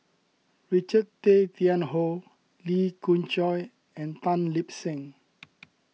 Richard Tay Wian Hoe Lee Khoon Choy and Tan Lip Seng